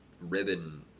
ribbon